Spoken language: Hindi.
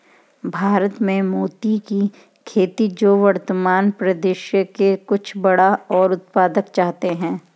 भारत में मोती की खेती जो वर्तमान परिदृश्य में कुछ बड़ा और उत्पादक चाहते हैं